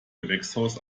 gewächshaus